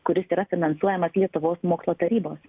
kuris yra finansuojamas lietuvos mokslo tarybos